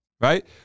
right